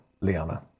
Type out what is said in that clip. Liana